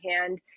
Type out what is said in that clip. hand